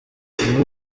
imvura